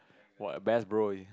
what a best bro is